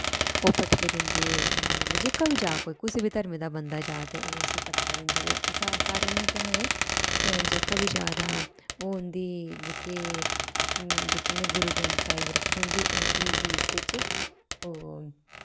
ओह् पटके दिंदे मतलब जेह्का बी जा कोई कुसै बी धर्मे दा बंदा जां ते ओह् उस्सी पटका दिंदे ते सारे जनें केह् आखदे जेह्का बी जा तां ओह् उं'दी जेह्के जेह्की उ'नें गुरु ग्रन्थ साहिब रक्खी होंदी उं'दे इसदे च ओ